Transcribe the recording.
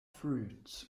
fruits